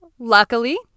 Luckily